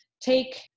take